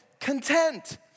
content